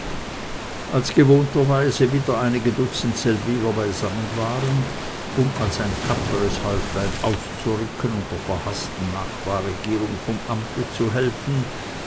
als gewohnterweise wieder einige dutzend seldwyler beisammen waren um als ein tapferes häuflein auszurücken und der verhaßten nachbarregierung vom amte zu helfen